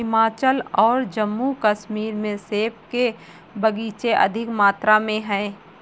हिमाचल और जम्मू कश्मीर में सेब के बगीचे अधिक मात्रा में है